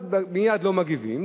אז מייד לא מגיבים.